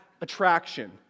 attraction